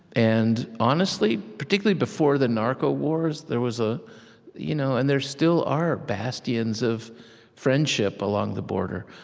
and honestly, particularly before the narco wars, there was ah you know and there still are bastions of friendship along the border.